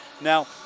Now